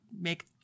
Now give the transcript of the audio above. make